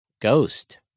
Ghost